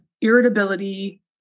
irritability